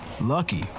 lucky